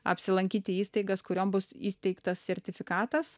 apsilankyti įstaigas kuriom bus įteiktas sertifikatas